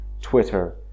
Twitter